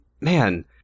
Man